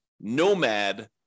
Nomad